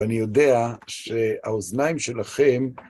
ואני יודע שהאוזניים שלכם